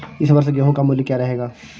इस वर्ष गेहूँ का मूल्य क्या रहेगा?